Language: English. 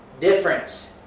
difference